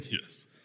Yes